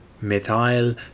methyl